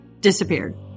disappeared